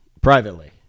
privately